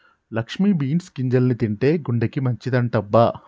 Lakshmi beans గింజల్ని తింటే గుండెకి మంచిదంటబ్బ